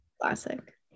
Classic